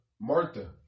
Martha